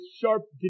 sharp